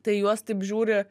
tai į juos taip žiūri